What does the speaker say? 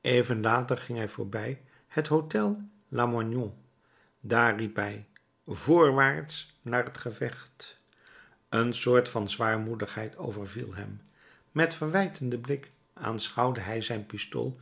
even daarna ging hij voorbij het hôtel lamoignon daar riep hij voorwaarts naar t gevecht een soort van zwaarmoedigheid overviel hem met verwijtenden blik aanschouwde hij zijn pistool